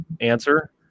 answer